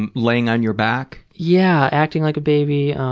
um laying on your back? yeah, acting like a baby.